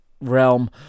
realm